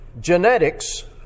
Genetics